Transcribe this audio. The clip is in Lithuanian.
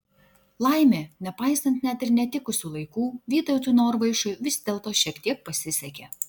laimė nepaisant net ir netikusių laikų vytautui norvaišui vis dėlto šiek tiek pasisekė